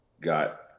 got